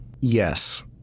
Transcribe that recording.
Yes